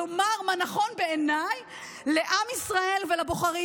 לומר מה נכון בעיניי לעם ישראל ולבוחרים.